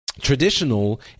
traditional